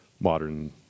modern